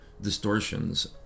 distortions